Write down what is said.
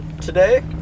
Today